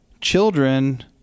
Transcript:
children